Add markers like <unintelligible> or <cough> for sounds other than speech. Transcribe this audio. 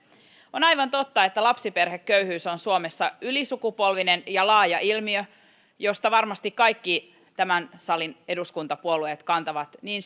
on aivan totta että lapsiperheköyhyys on suomessa ylisukupolvinen ja laaja ilmiö josta varmasti kaikki tämän salin eduskuntapuolueet kantavat niin <unintelligible>